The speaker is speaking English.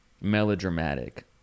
melodramatic